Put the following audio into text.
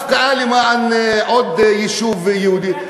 הפקעה למען עוד יישוב יהודי,